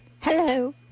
Hello